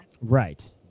Right